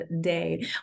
day